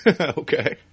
Okay